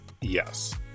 Yes